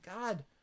God